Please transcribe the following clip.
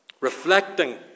reflecting